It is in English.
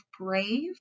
brave